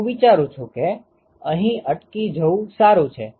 હું વિચારું છુ કે અહી અટકી જવું સારું છે